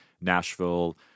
Nashville